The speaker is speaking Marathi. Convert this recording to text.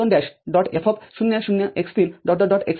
F0 १ x३ xN x१